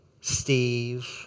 Steve